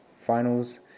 finals